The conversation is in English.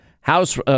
House